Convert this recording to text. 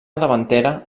davantera